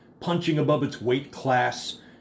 punching-above-its-weight-class